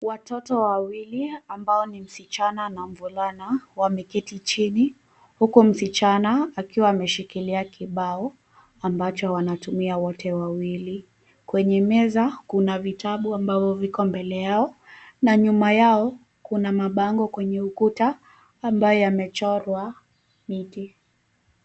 Watoto wawili ambao ni msichana na mvulana wameketi chini huku msichana akiwa ameshikilia kibao ambacho wanatumia wote wawili. Kwenye kuna vitabu ambao viko mbele yao na nyuma yao na mabango kwenye ukuta ambayo yamechorwa miti.